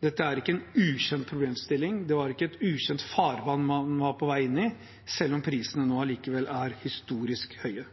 Dette er ikke en ukjent problemstilling, det var ikke et ukjent farvann man var på vei inn i, selv om prisene nå er historisk høye.